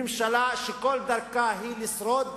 ממשלה שכל דרכה היא לשרוד,